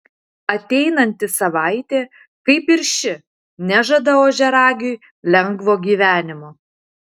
ateinanti savaitė kaip ir ši nežada ožiaragiui lengvo gyvenimo